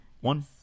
One